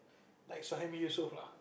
like Suhami-Yusof lah